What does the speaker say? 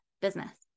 business